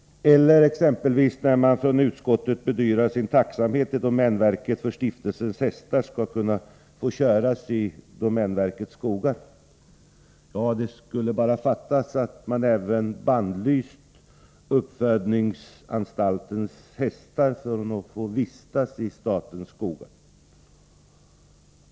Eller när utskottet bedyrar sin tacksamhet till domänverket för att stiftelsens hästar skall kunna få köras i domänverkets skogar. Ja, det skulle bara fattas att man även bannlyst uppfödningsanstaltens hästar från att få vistas i statens skogar.